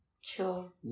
Sure